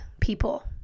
people